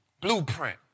blueprint